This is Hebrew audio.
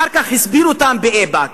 אחר כך הסביר אותם באיפא"ק,